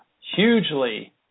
hugely